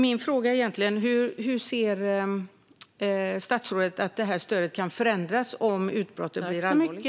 Min fråga är: Hur anser statsrådet att stödet kan förändras om utbrottet blir allvarligt?